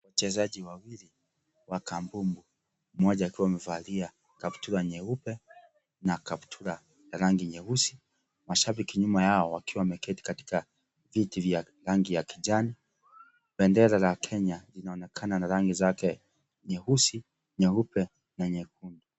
Wachezaji wawili, wa kampumbu ,moja akiwa amevalia, kaptura nyeupe na kaptura rangi nyeusi. Mashabiki nyuma yao wakiwameketi katika viti vya rangi ya kijani. Pendera ra Kenya inaonekana na rangi zake nyeusi, nyeupe, na nyekendu.